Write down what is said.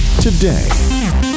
today